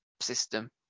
system